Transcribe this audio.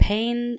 Pain